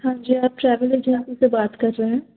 हाँ जी आप ट्रेवेल एजेंसी से बात कर रहे हैं